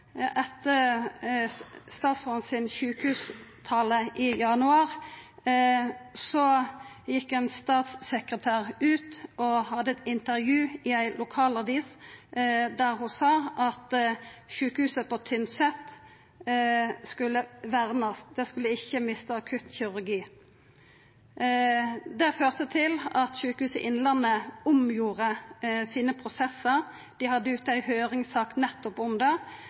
Etter statsråden sin sjukehustale i januar gjekk ein statssekretær ut i eit intervju i ei lokalavis og sa at sjukehuset på Tynset skulle vernast, det skulle ikkje missa akuttkirurgien. Det førte til at Sykehuset Innlandet gjorde om sine prosessar. Dei hadde ei høyringssak om det